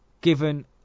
given